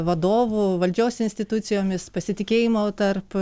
vadovu valdžios institucijomis pasitikėjimo tarp